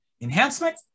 Enhancement